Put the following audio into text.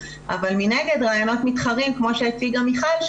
אבל מנגד רעיונות מתחרים כמו שהציגה מיכל,